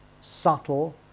subtle